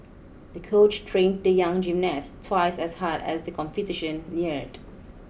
the coach trained the young gymnast twice as hard as the competition neared